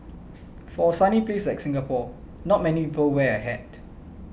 for a sunny place like Singapore not many people wear a hat